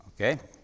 Okay